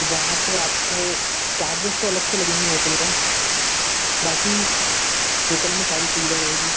वहाँ पर आपको चार्जेस तो अलग से लगेंगे होटल में बाक़ी होटल में सारी सुविधा रहेगी